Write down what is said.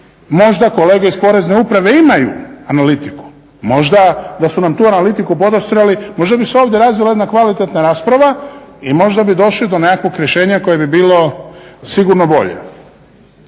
možda kolege iz porezne uprave imaju analitiku, možda da su nam tu analitiku podasrtreli možda bi se ovdje razvila jedna kvalitetna rasprava i možda bi došli do nekakvog rješenja koje bi bilo sigurno bolje.